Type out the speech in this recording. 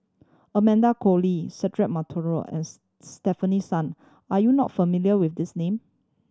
Amanda Koe Lee Cedric Monteiro and Stefanie Sun are you not familiar with these name